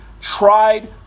tried